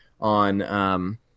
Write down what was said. on